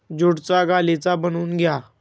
ज्यूटचा गालिचा बनवून घ्या